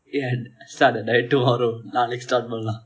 ya and start a diet tomorrow நாளைக்கு :naalaiku start பன்னலாம்:pannalaam